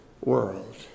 world